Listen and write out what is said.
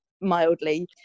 mildly